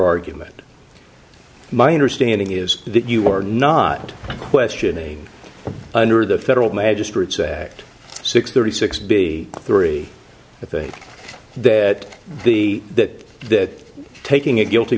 argument my understanding is that you are not questioning under the federal magistrate sacked six thirty six b three i think that the that that taking a guilty